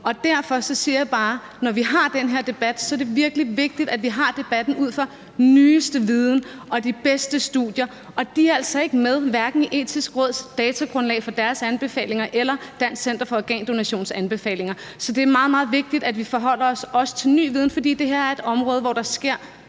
og derfor siger jeg bare, at når vi har den her debat, er det virkelig vigtigt, at vi har debatten ud fra nyeste viden og de bedste studier, og de er altså ikke med, hverken i Det Etiske Råds datagrundlag for deres anbefalinger eller i Dansk Center for Organdonations anbefalinger. Så det er meget, meget vigtigt, at vi også forholder os til ny viden, fordi det her er et område, hvor der kommer